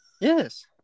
Yes